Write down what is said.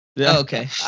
Okay